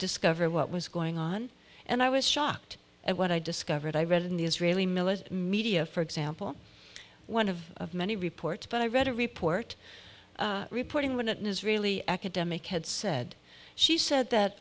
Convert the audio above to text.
discover what was going on and i was shocked at what i discovered i read in the israeli military media for example one of many reports but i read a report reporting when an israeli academic had said she said that